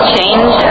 change